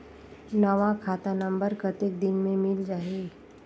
नवा खाता नंबर कतेक दिन मे मिल जाही?